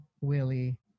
Willie